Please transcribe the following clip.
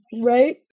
Right